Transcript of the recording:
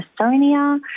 Estonia